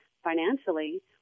financially